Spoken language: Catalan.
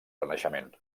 renaixement